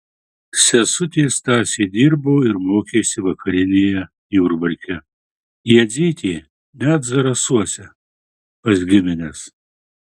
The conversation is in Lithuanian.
sesutė stasė dirbo ir mokėsi vakarinėje jurbarke jadzytė net zarasuose pas gimines